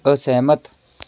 ਅਸਹਿਮਤ